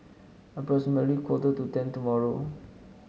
approximately quarter to ten tomorrow